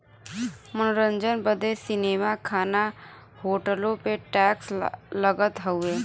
मनोरंजन बदे सीनेमा, खाना, होटलो पे टैक्स लगत हउए